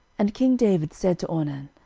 and king david said to ornan,